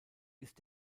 ist